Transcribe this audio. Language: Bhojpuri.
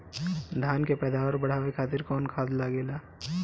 धान के पैदावार बढ़ावे खातिर कौन खाद लागेला?